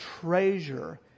treasure